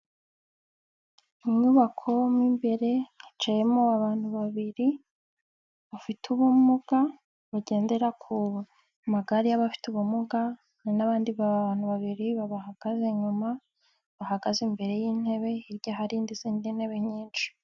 Mu myubako mu imbere hicayemo abantu babiri bafite ubumuga bagendera ku magare y'abafite ubumuga hari n'abandi bantu babiri babahagaze inyuma, bahagaze imbere y'intebe, hirya hari n'izindi ntebe nyinshi.